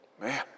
Man